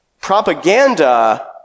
Propaganda